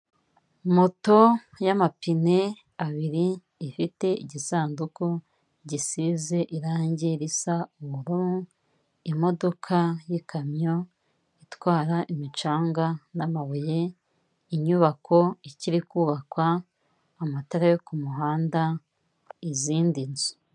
Moto y'amapine abiri ifite igisanduku gisize irange risa ubururu, imodoka y'ikamyo itwara imicanga n'amabuye, inyubako ikiri kubakwa, amatara yo ku muhanda, izindi nzu.